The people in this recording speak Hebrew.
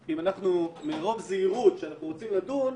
האם מרוב זהירות שאנחנו רוצים לדון,